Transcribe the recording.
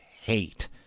hate